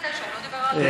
19490. הוא לא דיבר על נצרת.